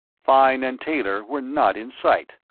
fine and taylor were not in sight.